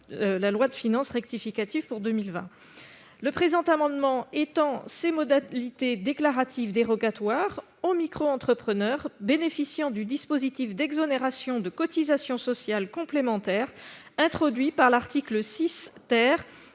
2020 de finances rectificative pour 2020. Le présent amendement étend ces modalités déclaratives dérogatoires aux micro-entrepreneurs bénéficiant du dispositif d'exonération de cotisations sociales complémentaire introduit par l'article 6 du